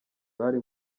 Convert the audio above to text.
bari